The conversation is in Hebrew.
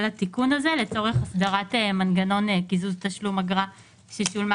לתיקון הזה לצורך הסדרת מנגנון קיזוז תשלום אגרה ששולמה